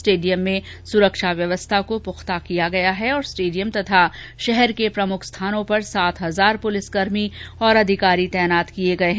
stadium में सुरक्षा व्यवस्था को पुख्ता किया गया है और स्टेडियम तथा शहर के प्रमुख स्थानों पर सात हजार पुलिस कर्मी और अधिकारी तैनात किये गये हैं